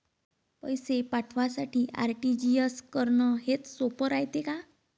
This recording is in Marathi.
पैसे पाठवासाठी आर.टी.जी.एस करन हेच सोप रायते का?